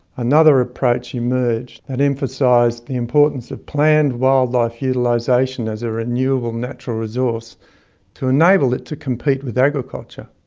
another approach emerged that emphasised the importance of planned wildlife utilisation as a renewable natural resource to enable it to compete with agriculture.